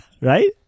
Right